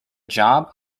job